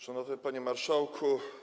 Szanowny Panie Marszałku!